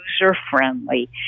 user-friendly